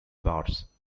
bars